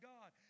God